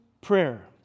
prayer